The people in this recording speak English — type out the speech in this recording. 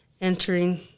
entering